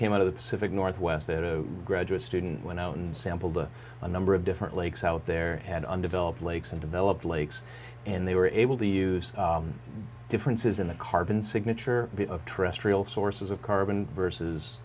came out of the pacific northwest that a graduate student went out and sampled a number of different lakes out there had undeveloped lakes and developed lakes and they were able to use differences in the carbon signature of trust real sources of carbon versus